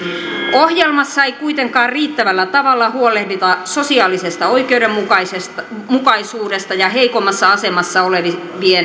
ohjelmassa ei kuitenkaan riittävällä tavalla huolehdita sosiaalisesta oikeudenmukaisuudesta ja heikommassa asemassa olevien